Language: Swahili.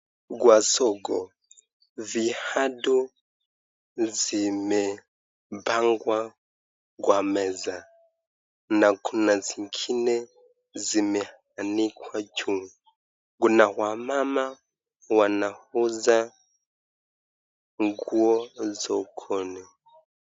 Kwa soko viatu zimepangwa kwa meza na kuna zingine zimeanikwa juu. Kuna wamama wanauza nguo sokoni.